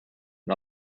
and